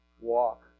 walk